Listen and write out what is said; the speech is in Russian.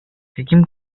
каким